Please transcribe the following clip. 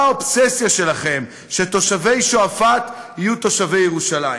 מה האובססיה שלכם שתושבי שועפאט יהיו תושבי ירושלים?